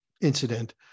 incident